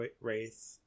wraith